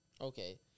Okay